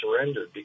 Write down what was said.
surrendered